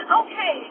okay